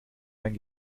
ein